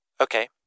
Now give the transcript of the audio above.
Okay